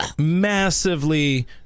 Massively